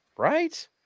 Right